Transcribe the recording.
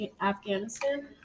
Afghanistan